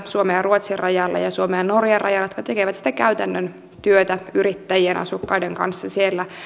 suomen ja ruotsin rajalla ja suomen ja norjan rajalla kaksi henkilöä jotka tekevät sitä käytännön työtä yrittäjien ja asukkaiden kanssa